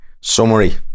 summary